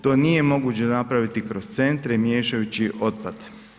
To nije moguće napraviti kroz centre i miješajući otpad.